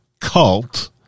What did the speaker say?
Cult